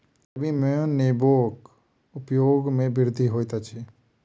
गर्मी में नेबोक उपयोग में वृद्धि होइत अछि